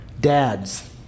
dads